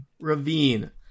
ravine